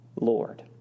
Lord